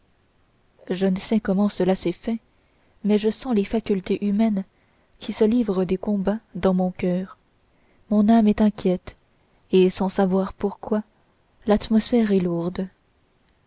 je ne sais comment cela se fait mais je sens les facultés humaines qui se livrent des combats dans mon coeur mon âme est inquiète et sans savoir pourquoi l'atmosphère est lourde